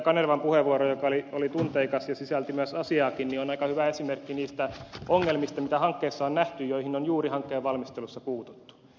kanervan puheenvuoro joka oli tunteikas ja sisälsi myös asiaakin on aika hyvä esimerkki niistä ongelmista mitä hankkeessa on nähty ja joihin on juuri hankkeen valmistelussa puututtu